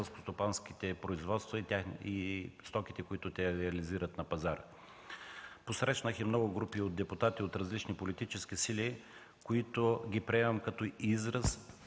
селскостопанските производства и стоките, които реализират на пазара. Посрещнах много групи депутати от различни политически сили, които приемам като израз